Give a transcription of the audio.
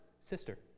sister